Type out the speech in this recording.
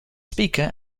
speaker